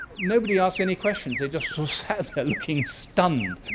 nobody asked any questions, they just so sat there looking stunned.